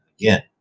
again